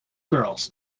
girls